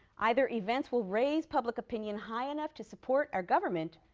either, events will raise public opinion high enough to support our government,